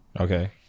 Okay